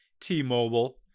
T-Mobile